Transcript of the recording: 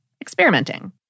experimenting